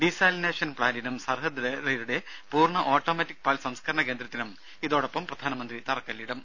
desalination പ്ലാന്റിനും സർഹദ് ഡയറിയുടെ പൂർണ ഓട്ടോമാറ്റിക് പാൽ സംസ്കരണ കേന്ദ്രത്തിനും ഇതോടൊപ്പം പ്രധാനമന്ത്രി തറക്കല്ലിടും